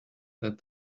that